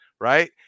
right